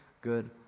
good